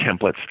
templates